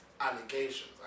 Allegations